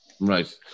Right